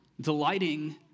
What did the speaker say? delighting